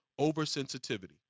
oversensitivity